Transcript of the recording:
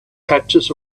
patches